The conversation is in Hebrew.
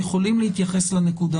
יכולים להתייחס לנקודה